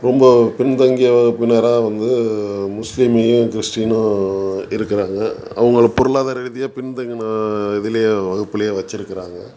ரொம்ப பின்தங்கிய வகுப்பினராக வந்து முஸ்லீமையும் கிறிஸ்டினும் இருக்கிறாங்க அவங்கள பொருளாதார ரீதியாக பின்தங்கின இதுலேயே வகுப்புலேயே வச்சுருக்குறாங்க